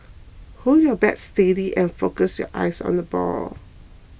hold your bat steady and focus your eyes on the ball